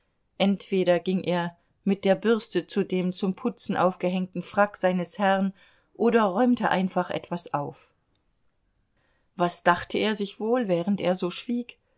entweder ging er mit der bürste zu dem zum putzen aufgehängten frack seines herrn oder räumte einfach etwas auf was dachte er sich wohl während er so schwieg